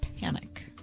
panic